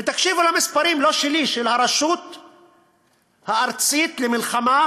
ותקשיבו למספרים, לא שלי, של הרשות הארצית למלחמה